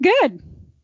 good